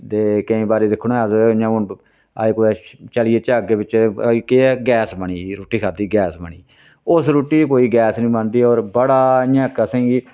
ते केईं बारी दिक्खो ना अस इयां हून कुतै चली जाचै अग्गें पिच्छैं एह् केह् ऐ गैस बनी जंदी रुट्टी खाद्धी गैस बनी उस रुट्टी दी कोई गैस नी बनदी होर बड़ा इ'यां इक असेंगी